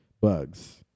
bugs